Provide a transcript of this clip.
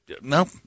No